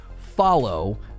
follow